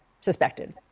suspected